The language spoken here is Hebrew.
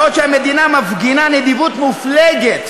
בעוד שהמדינה מפגינה נדיבות מופלגת,